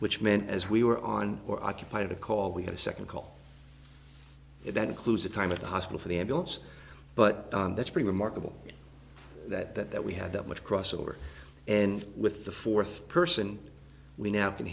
which meant as we were on or occupied a call we had a second call that includes a time at the hospital for the ambulance but that's pretty remarkable that that we had that much crossover and with the fourth person we now can